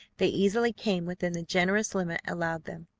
they easily came within the generous limit allowed them.